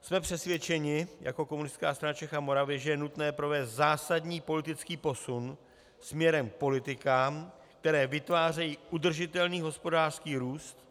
Jsme přesvědčeni jako KSČM, že je nutné provést zásadní politický posun směrem k politikám, které vytvářejí udržitelný hospodářský růst,